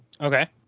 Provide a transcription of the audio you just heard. Okay